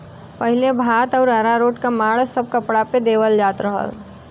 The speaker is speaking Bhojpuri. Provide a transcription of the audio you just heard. पहिले भात आउर अरारोट क माड़ सब कपड़ा पे देवल जात रहल